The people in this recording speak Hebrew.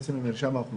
בעצם ממרשם האוכלוסין,